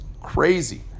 crazy